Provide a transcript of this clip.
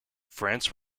france